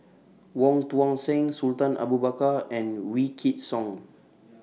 Wong Tuang Seng Sultan Abu Bakar and Wykidd Song